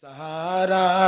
Sahara